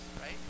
right